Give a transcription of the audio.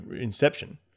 inception